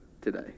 today